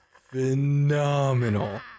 phenomenal